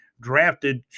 drafted